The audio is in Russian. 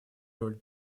роль